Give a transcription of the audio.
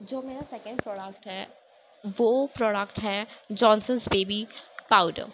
جو میرا second product ہے وہ پروڈکٹ ہے جانسنز بیبی پاؤڈر